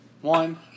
One